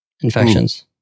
infections